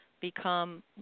become